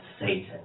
Satan